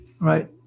right